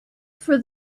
for